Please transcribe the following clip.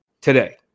today